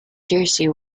jersey